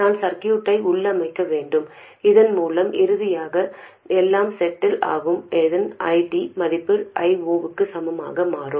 நான் சர்க்யூட்டை உள்ளமைக்க வேண்டும் இதன்மூலம் இறுதியாக எல்லாம் செட்டில் ஆகும்போது இந்த ID மதிப்பு I0 க்கு சமமாக மாறும்